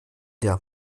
der